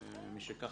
ומשכך,